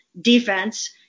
defense